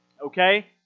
Okay